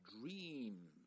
dreams